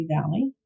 Valley